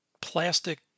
plastic